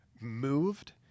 moved